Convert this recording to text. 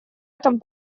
этом